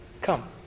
Come